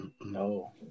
No